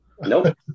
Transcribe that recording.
Nope